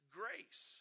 grace